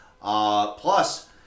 Plus